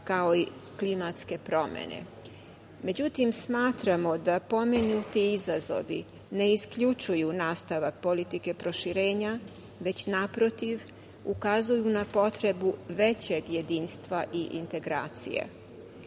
kao i klimatske promene.Međutim smatramo da pomenuti izazovi ne isključuju nastavak politike proširenja, već naprotiv ukazuju na potrebu većeg jedinstva integracija.